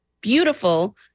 beautiful